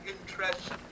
interest